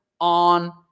on